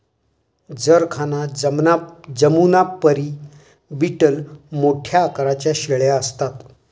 जरखाना जमुनापरी बीटल मोठ्या आकाराच्या शेळ्या असतात